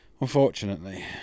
Unfortunately